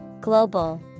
global